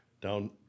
Down